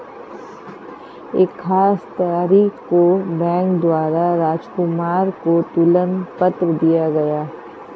एक खास तारीख को बैंक द्वारा राजकुमार को तुलन पत्र दिया गया